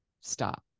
stop